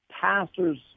pastors